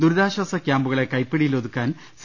ദുരി താശ്വാസ ക്യാമ്പുകളെ കൈപ്പിടിയിലൊതുക്കാൻ സി